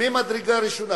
ממדרגה ראשונה,